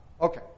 Okay